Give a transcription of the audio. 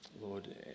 Lord